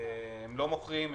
הם לא מוכרים,